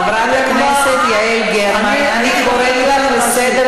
חברת הכנסת יעל גרמן, כרגע זכות הדיבור לשר.